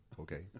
Okay